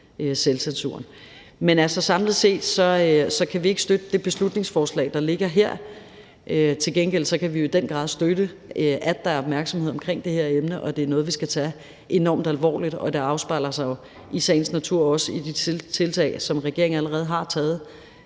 selvcensuren. Men altså, samlet set kan vi ikke støtte det beslutningsforslag, der ligger her. Til gengæld kan vi jo i den grad støtte, at der er opmærksomhed omkring det her emne, og at det er noget, vi skal tage enormt alvorligt. Det afspejler sig jo i sagens natur også allerede i de seneste tiltag, som regeringen har taget,